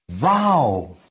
wow